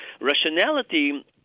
rationality